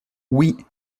oui